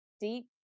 deep